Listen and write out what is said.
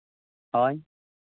ᱦᱳᱭ